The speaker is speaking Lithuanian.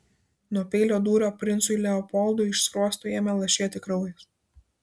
nuo peilio dūrio princui leopoldui iš skruosto ėmė lašėti kraujas